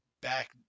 back